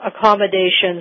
accommodations